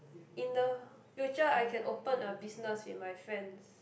in the future I can open a business with my friends